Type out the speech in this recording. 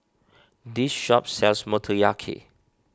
this shop sells Motoyaki